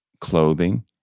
clothing